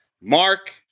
Mark